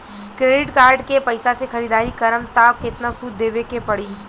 Credit card के पैसा से ख़रीदारी करम त केतना सूद देवे के पड़ी?